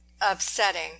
upsetting